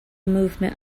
movement